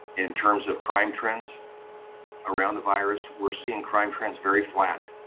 in terms of crime trends around the virus, we're seeing crime trends very flat,